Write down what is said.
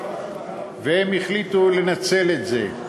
והם החליטו לנצל את זה.